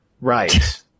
Right